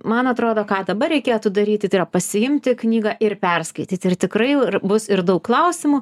man atrodo ką dabar reikėtų daryti tai yra pasiimti knygą ir perskaityti ir tikrai bus ir daug klausimų